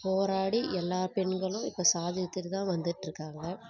போராடி எல்லா பெண்களும் இப்போ சாதிச்சுட்டு தான் வந்துகிட்ருக்காங்க